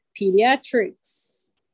pediatrics